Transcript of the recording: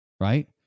right